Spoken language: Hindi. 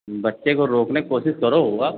बच्चे को रोकने की कोशिश करो आप